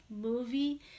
movie